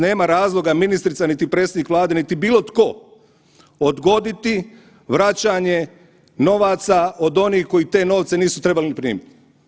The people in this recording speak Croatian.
Nema razloga ministrica, niti predsjednik Vlade, niti bilo tko odgoditi vraćanje novaca od onih koji te novce nisu trebali ni primiti.